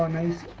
um eyes